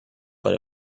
but